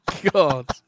God